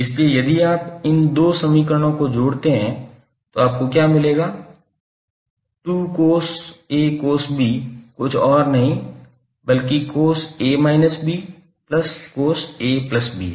इसलिए यदि आप इन दो समीकरणों को जोड़ते हैं तो आपको क्या मिलेगा 2cos A cos B कुछ और नहीं बल्कि cos A minus B plus Cos A plus B है